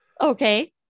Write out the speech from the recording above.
Okay